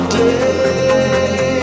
day